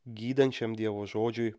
gydančiam dievo žodžiui